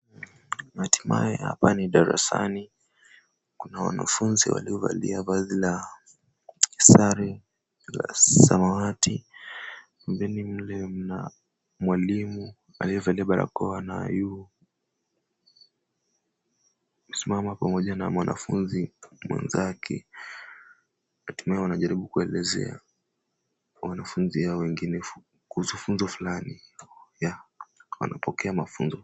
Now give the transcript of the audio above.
Hatimaye hapa ni darasani, kuna wanafunzi waliovalia vazi la sare ya samawati. Mbele mle mna mwalimu aliyevalia barakoa, na amesimama pamoja na mwanafunzi mwenzake, hatimaye wanajaribu kuelezea wanafunzi hawa wengine kuhusu funzo fulani, wanapokea mafunzo.